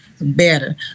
better